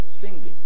singing